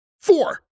Four